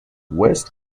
west